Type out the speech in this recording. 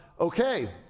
okay